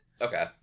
Okay